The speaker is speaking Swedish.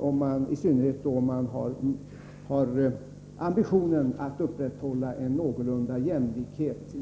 Det gäller isynnerhet om man har ambitionen att upprätthålla någorlunda